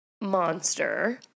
monster